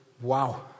Wow